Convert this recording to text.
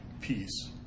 Peace